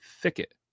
thicket